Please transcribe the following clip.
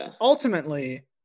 ultimately